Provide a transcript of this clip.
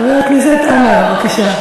חבר הכנסת חמד עמאר, בבקשה.